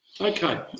Okay